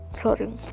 sorry